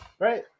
Right